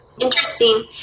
Interesting